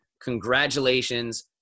congratulations